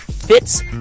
fits